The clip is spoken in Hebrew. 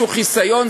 חיסיון,